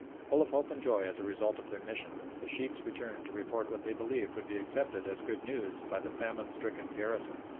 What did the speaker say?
full of hope and joy at the result of their mission, the sheikhs returned to report what they believed would be accepted as good news by the famine-stricken garrison.